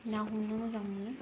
ना हमनो मोजां मोनो